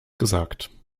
gesagt